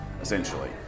essentially